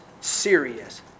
serious